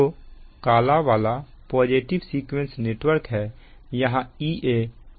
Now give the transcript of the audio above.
तो काला वाला पॉजिटिव सीक्वेंस नेटवर्क है यहां Ea Z1 Ia1 है